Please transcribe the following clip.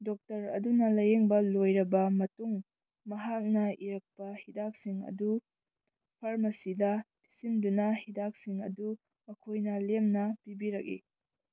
doctor ꯑꯗꯨꯅ ꯂꯥꯏꯌꯦꯡꯕ ꯂꯣꯏꯔꯕ ꯃꯇꯨꯡ ꯃꯍꯥꯛꯅ ꯏꯔꯛꯄ ꯍꯤꯗꯥꯛꯁꯤꯡ ꯑꯗꯨ ꯐꯥꯔꯃꯥꯁꯤꯗ ꯄꯤꯁꯤꯟꯗꯨꯅ ꯍꯤꯗꯥꯛꯁꯤꯡ ꯑꯗꯨ ꯃꯈꯣꯏꯅ ꯂꯦꯝꯅ ꯄꯤꯕꯤꯔꯛꯏ